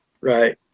right